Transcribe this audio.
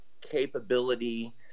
capability